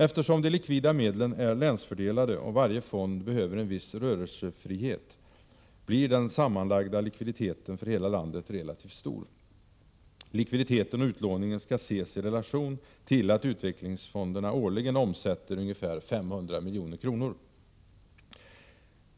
Eftersom de likvida medlen är länsfördelade och varje fond behöver en viss rörelsefrihet blir den sammanlagda likviditeten för hela landet relativt stor. Likviditeten och utlåningen skall ses i relation till att utvecklingsfonderna årligen omsätter ungefär 500 milj.kr.